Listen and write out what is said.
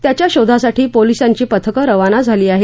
त्याच्या शोधासाठी पोलिसांची पथकं रवाना झाली आहेत